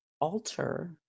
alter